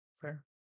Fair